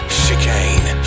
chicane